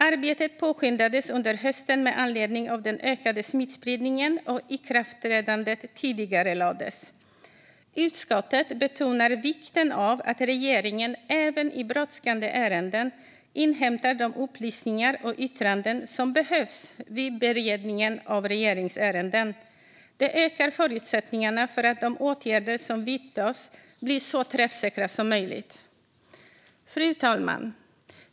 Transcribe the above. Arbetet påskyndades under hösten med anledning av den ökade smittspridningen, och ikraftträdandet tidigarelades. Utskottet betonar vikten av att regeringen även i brådskande ärenden inhämtar de upplysningar och yttranden som behövs vid beredningen av regeringsärenden. Det ökar förutsättningarna för att de åtgärder som vidtas ska bli så träffsäkra som möjligt. Fru talman!